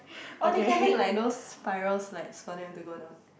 or they can make like those spiral slides for them to go down